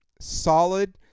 solid